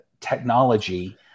technology